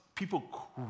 People